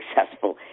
successful